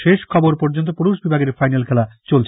শেষ থবর পর্যন্ত পুরুষ বিভাগের ফাইন্যাল খেলা চলছে